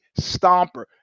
Stomper